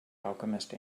alchemist